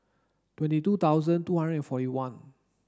twenty two thousand two hundred and forty one